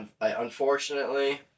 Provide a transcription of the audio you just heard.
unfortunately